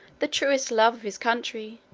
the truest love of his country,